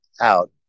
out